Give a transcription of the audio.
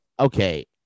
Okay